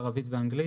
ערבית ואנגלית.